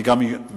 אני גם מניח